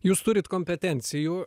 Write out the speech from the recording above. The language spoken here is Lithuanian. jūs turit kompetencijų